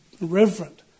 reverent